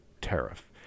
tariff